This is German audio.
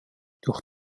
durch